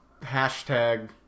hashtag